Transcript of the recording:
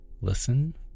listen